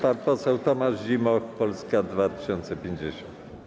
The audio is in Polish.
Pan poseł Tomasz Zimoch, Polska 2050.